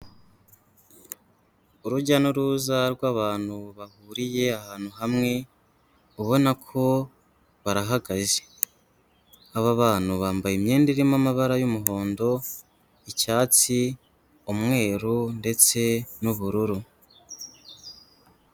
Urujya n'uruza rw'abantu bahuriye ahantu hamwe, ubona ko barahagaze. Aba bantu bambaye imyenda irimo amabara y'umuhondo, icyatsi, umweru ndetse n'ubururu.